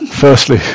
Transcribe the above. Firstly